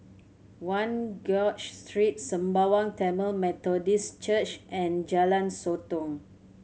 One George Street Sembawang Tamil Methodist Church and Jalan Sotong